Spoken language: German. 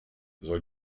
soll